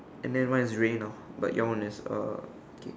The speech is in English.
and then one is rain ah but your one is uh okay